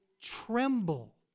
tremble